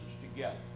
together